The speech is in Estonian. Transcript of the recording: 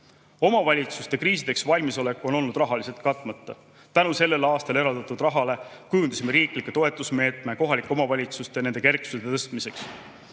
Omavalitsuste kriisideks valmisolek on olnud rahaliselt katmata. Tänu sellel aastal eraldatud rahale kujundasime riikliku toetusmeetme kohalikele omavalitsustele nende kerksuse tõstmiseks.